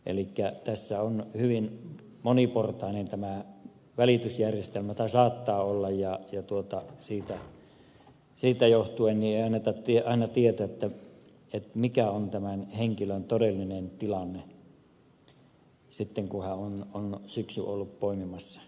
elikkä tässä on hyvin moniportainen tämä välitysjärjestelmä tai saattaa olla ja siitä johtuen ei aina tiedetä mikä on tämän henkilön todellinen tilanne sitten kun hän on syksyn ollut poimimassa